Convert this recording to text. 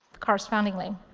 correspondingly.